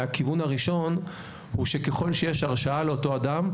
הכיוון הראשון הוא שככל שיש הרשעה לאותו אדם,